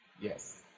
Yes